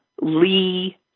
Lee